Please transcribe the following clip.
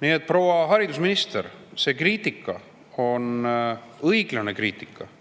Nii et, proua haridusminister, see kriitika on õiglane kriitika,